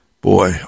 boy